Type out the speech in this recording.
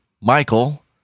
Michael